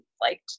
liked